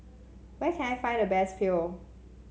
where can I find the best Pho